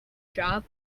job